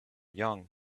young